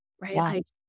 right